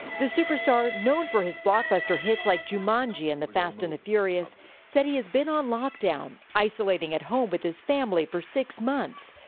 the superstar, known for his blockbuster hits like jumanji and the fast and the furious said he's been on lockdown, isolating at home with his family for six months.